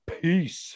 Peace